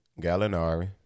Gallinari